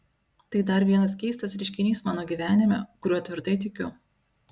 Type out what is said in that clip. tai dar vienas keistas reiškinys mano gyvenime kuriuo tvirtai tikiu